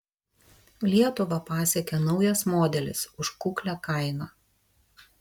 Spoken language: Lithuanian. lietuvą pasiekė naujas modelis už kuklią kainą